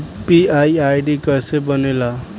UPI ID कैसे बनेला?